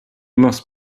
must